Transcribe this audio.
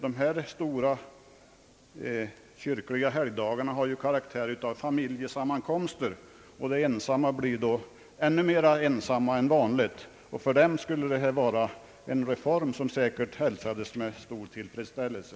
Dessa stora kyrkliga helgdagar har ju karaktär av familje sammankomster, och de ensamma blir då ännu mera ensamma än vanligt. För dem skulle ett upphävande av nöjesförbudet vara en reform som säkert hälsades med stor tillfredsställelse.